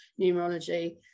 numerology